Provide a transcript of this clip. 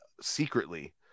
secretly